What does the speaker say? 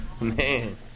Man